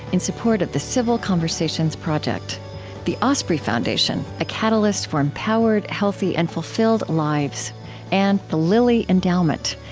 in support of the civil conversations project the osprey foundation a catalyst for empowered, healthy, and fulfilled lives and the lilly endowment,